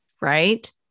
Right